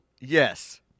Yes